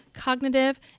cognitive